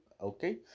Okay